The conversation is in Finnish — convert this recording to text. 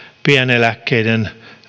pieneläkkeiden